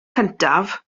cyntaf